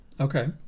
Okay